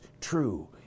true